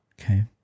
Okay